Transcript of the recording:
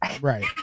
Right